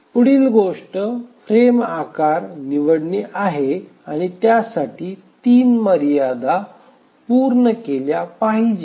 पुढील गोष्ट फ्रेम आकार निवडणे आहे आणि त्यासाठी 3 मर्यादा पूर्ण केल्या पाहिजेत